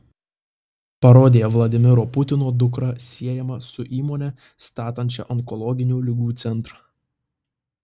parodė vladimiro putino dukrą siejama su įmone statančia onkologinių ligų centrą